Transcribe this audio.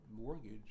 mortgage